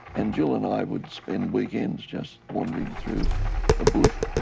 and jill and i would spend weekends just wandering through the bush.